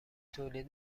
تولید